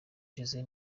jose